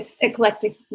eclectic